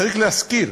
צריך להזכיר,